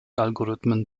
algorithmen